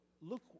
look